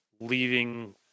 leaving